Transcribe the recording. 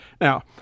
Now